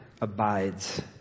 abides